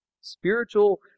Spiritual